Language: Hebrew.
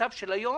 המצב היום